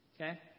Okay